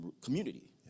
community